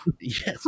Yes